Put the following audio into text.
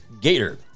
gator